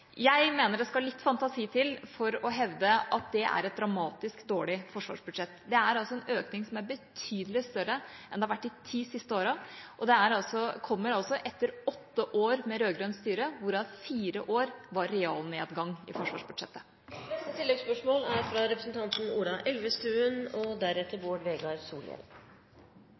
Jeg mener det skal litt fantasi til for å hevde at det er et dramatisk dårlig forsvarsbudsjett. Det er en økning som er betydelig større enn den som har vært de ti siste årene, og det kommer etter åtte år med rød-grønt styre, hvorav fire år hadde realnedgang i forsvarsbudsjettet.